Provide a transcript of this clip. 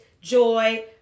joy